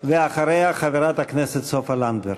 ואחריה, חברת הכנסת סופה לנדבר.